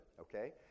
okay